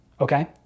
okay